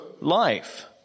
life